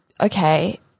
okay